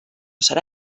serà